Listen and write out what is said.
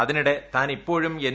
അതിന്ദിടെ ്താൻ ഇപ്പോഴും എൻ